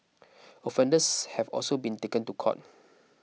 offenders have also been taken to court